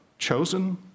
Chosen